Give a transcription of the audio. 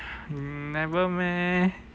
never meh